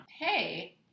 Hey